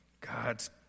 God's